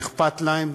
שאכפת להם,